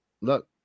look